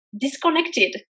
disconnected